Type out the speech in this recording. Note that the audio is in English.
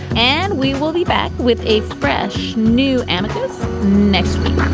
and we will be back with a fresh new amita's next week